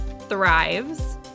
thrives